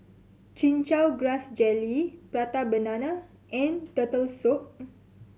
Chin Chow Grass Jelly Prata Banana and Turtle Soup